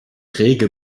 rege